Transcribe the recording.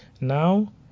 Now